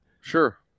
Sure